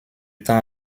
temps